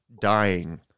dying